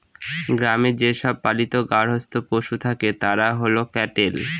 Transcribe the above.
গ্রামে যে সব পালিত গার্হস্থ্য পশু থাকে তারা হল ক্যাটেল